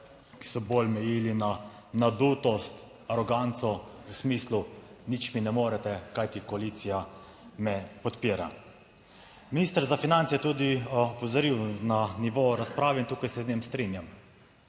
ki so bolj mejili na nadutost, aroganco v smislu nič mi ne morete, kajti koalicija me podpira. Minister za finance je tudi opozoril na nivo razprave in tukaj se z njim strinjam.